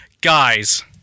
Guys